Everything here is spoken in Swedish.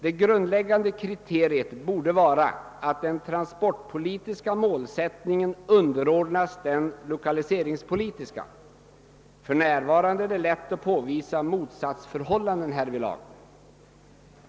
Det grundläggande kriteriet borde vara att den transportpolitiska målsättningen underordnas den lokaliseringspolitiska. För närvarande är det lätt att påvisa motsatsförhållanden härvidlag.